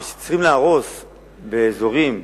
כי כשצריכים להרוס באזורים,